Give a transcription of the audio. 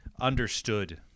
understood